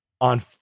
on